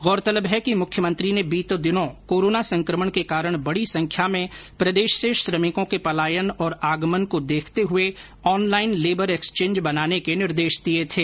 गौरलतलब है कि मुख्यमंत्री ने बीते दिनों कोरोना संक्रमण के कारण बड़ी संख्या में प्रदेश से श्रमिकों के पलायन और आगमन को देखते हुए ऑनलाइन लेबर एक्सचेंज बनाने के निर्देश दिए थे